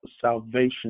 salvation